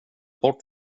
bort